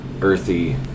earthy